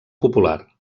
popular